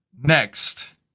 Next